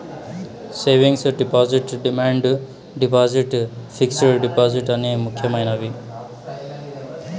savings deposit demand deposit fixed deposit అనే ముక్యమైనది